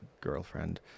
girlfriend